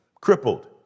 crippled